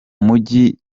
mujyi